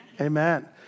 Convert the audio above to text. Amen